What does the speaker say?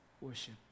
Worship